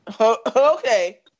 Okay